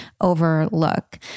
overlook